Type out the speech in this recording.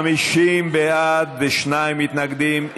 50 בעד ושניים מתנגדים.